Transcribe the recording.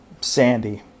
Sandy